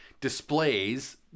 displays